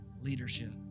leadership